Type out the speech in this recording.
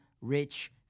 rich